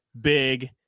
Big